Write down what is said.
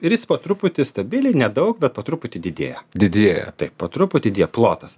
ir jis po truputį stabiliai nedaug bet po truputį didėja didėja taip po truputį plotas